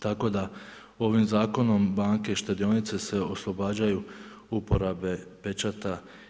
Tako da ovim zakonom banke i štedionice se oslobađaju uporabe pečata.